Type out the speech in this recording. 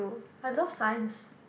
I love science